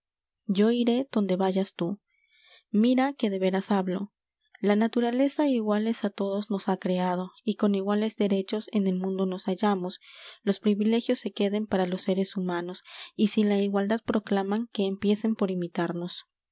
yo iré donde vayas t ú mira que de veras hablo la naturaleza iguales á todos nos ha creado y con iguales derechos en el mundo nos hallamos los privilegios se queden para los seres humanos y si la igualdad proclaman que empiecen por imitarnos